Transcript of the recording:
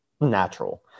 natural